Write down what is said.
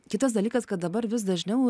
kitas dalykas kad dabar vis dažniau